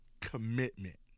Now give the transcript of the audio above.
commitment